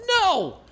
no